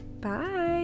bye